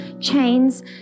chains